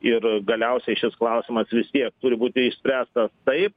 ir galiausiai šis klausimas vis tiek turi būti išspręstas taip